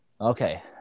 okay